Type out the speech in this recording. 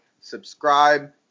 subscribe